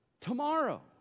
Tomorrow